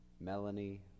Melanie